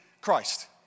Christ